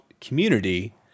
community